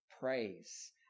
praise